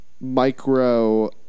micro